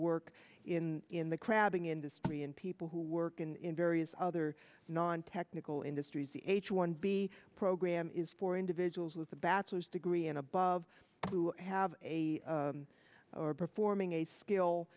work in in the crabbing industry and people who work in various other non technical industries the h one b program is for individuals with a bachelor's degree and above who have a performing a skill